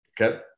Okay